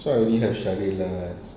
so I only have shangri-la